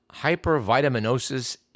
hypervitaminosis